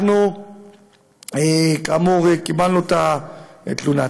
אנחנו כאמור קיבלנו את התלונה.